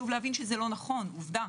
לא נכון, עובדה.